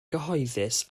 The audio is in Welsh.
cyhoeddus